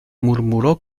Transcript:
murmuró